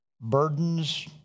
burdens